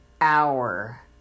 hour